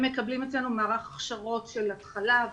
הם מקבלים אצלנו מערך הכשרות של התחלה.